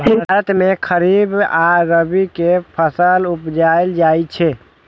भारत मे खरीफ आ रबी के फसल उपजाएल जाइ छै